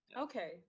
Okay